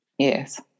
Yes